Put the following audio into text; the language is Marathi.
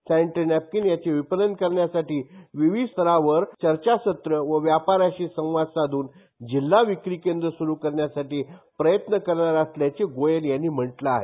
सॅनिटरी नॅपकीन याचे विपणन करण्याची विविध स्तरावर चर्चासत्र व व्यापाऱ्यांशी संवाद साधून जिल्हा विक्री केंद्र सुरू करण्यासाठी प्रयत्न करणार असल्याचे गोयल यांनी म्हटलं आहे